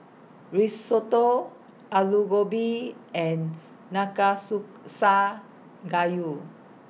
Risotto Alu Gobi and Gayu